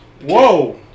Whoa